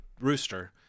rooster